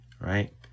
right